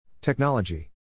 Technology